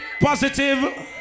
Positive